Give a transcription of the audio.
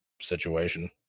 situation